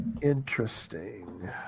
interesting